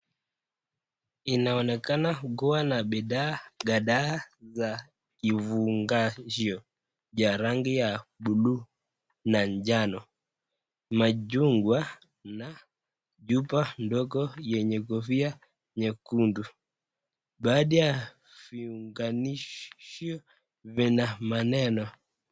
Inaonekana ikiwa na bidhaa kadhaa ya ufungaja ya rangi ya buluu na njano. Machugwa na Chupa ndogo yenye kofia nyekundu. Baada viunganishi vina naneno.